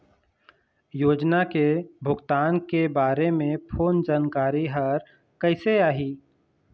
योजना के भुगतान के बारे मे फोन जानकारी हर कइसे आही?